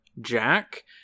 Jack